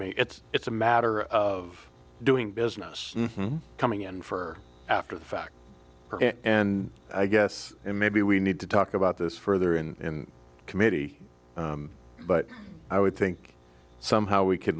mean it's it's a matter of doing business coming in for after the fact and i guess maybe we need to talk about this further in committee but i would think somehow we c